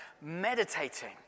meditating